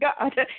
God